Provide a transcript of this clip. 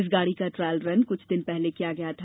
इस गाड़ी का ट्रायल रन कुछ दिन पहले किया गया था